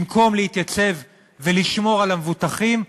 במקום להתייצב ולשמור על המבוטחים,